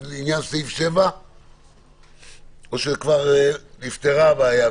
לעניין סעיף 7. או שנפתרה הבעיה?